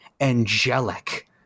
angelic